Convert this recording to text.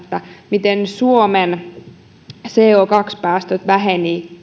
miten suomen co päästöt vähenivät